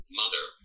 mother